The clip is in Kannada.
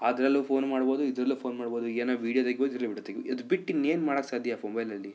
ಅದರಲ್ಲು ಫೋನ್ ಮಾಡಬೌದು ಇದರಲ್ಲು ಫೋನ್ ಮಾಡಬೌದು ಏನೋ ವೀಡಿಯೊ ತೆಗಿಬೋದು ಇದರಲ್ಲು ವೀಡಿಯೊ ತೆಗಿಬೋದು ಅದು ಬಿಟ್ಟು ಇನ್ನೇನು ಮಾಡೋಕ್ಕೆ ಸಾಧ್ಯ ಫೋ ಮೊಬೈಲಲ್ಲಿ